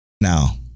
Now